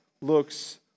looks